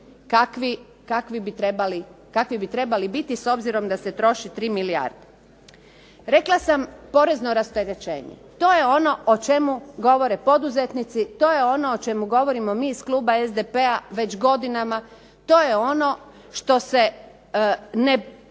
kakvi bi trebali biti s obzirom da se troši 3 milijarde. Rekla sam, porezno rasterećenje. To je ono o čemu govore poduzetnici, to je ono o čemu govorimo mi iz kluba SDP-a već godinama, to je ono što ne sjeda